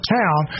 town